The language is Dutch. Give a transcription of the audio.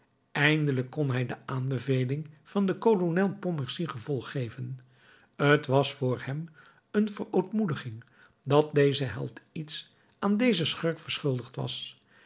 eindelijk kon hij de aanbeveling van den kolonel pontmercy gevolg geven t was voor hem een verootmoediging dat deze held iets aan dezen schurk verschuldigd was